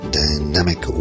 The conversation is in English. dynamic